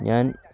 ഞാൻ